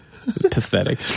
Pathetic